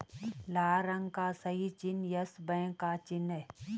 लाल रंग का सही चिन्ह यस बैंक का चिन्ह है